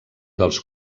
dels